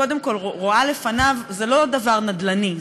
קודם כול הוא לא דבר נדל"ני,